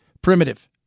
Primitive